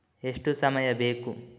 ಎಷ್ಟು ಸಮಯ ಬೇಕು?